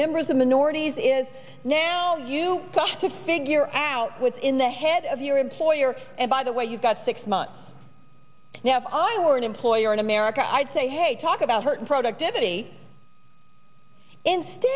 members of minorities is now you got to figure out what's in the head of your employer and by the way you've got six months now if i were an employer in america i'd say hey talk about hurting productivity